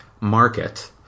market